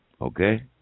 okay